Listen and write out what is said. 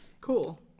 Cool